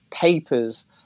papers